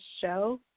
show